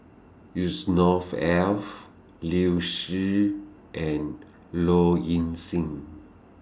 Yusnor Ef Liu Si and Low Ing Sing